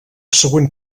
següent